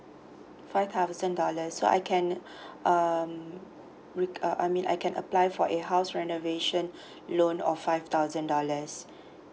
five thousand dollars so I can um uh I mean I can apply for a house renovation loan of five thousand dollars